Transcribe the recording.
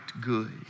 good